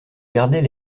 gardait